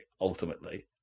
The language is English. ultimately